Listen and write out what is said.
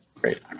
Great